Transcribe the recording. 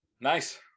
Nice